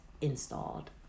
installed